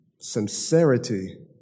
sincerity